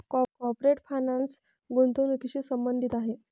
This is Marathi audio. कॉर्पोरेट फायनान्स गुंतवणुकीशी संबंधित आहे